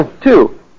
Two